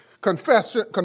Confession